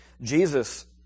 Jesus